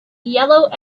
yellow